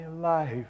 life